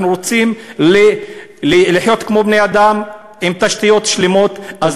אנחנו רוצים לחיות כמו בני-אדם, עם תשתיות שלמות.